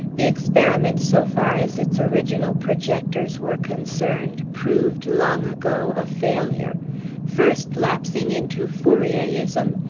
the experiment, so far as its original projectors were concerned, proved, long ago, a failure first lapsing into fourierism,